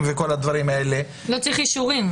וכל הדברים האלה -- לא צריך אישורים.